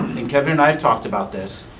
and kevin and i have talked about this.